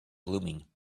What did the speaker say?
blooming